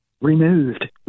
removed